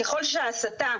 ככול שההסתה,